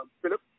Philip